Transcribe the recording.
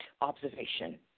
observation